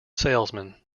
salesman